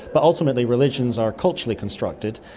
but ultimately, religions are culturally constructed,